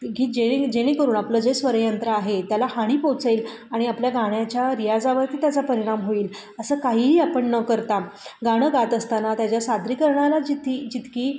की जे जेणे जेणेकरून आपलं जे स्वरयंत्र आहे त्याला हानी पोचेल आणि आपल्या गाण्याच्या रियाजावरती त्याचा परिणाम होईल असं काहीही आपण न करता गाणं गात असताना त्याच्या सादरीकरणाला जिथं जितकी